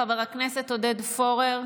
חבר הכנסת עודד פורר,